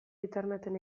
interneten